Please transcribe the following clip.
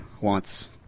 wants